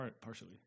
Partially